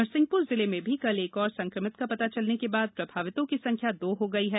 नरसिंहप्र जिले में भी कल एक और संक्रमित का पता चलने के बाद प्रभावितों की संख्या दो हो गई है